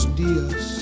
días